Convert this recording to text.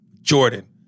Jordan